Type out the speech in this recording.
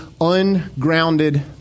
ungrounded